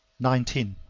nineteen.